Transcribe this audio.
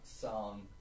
song